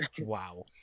wow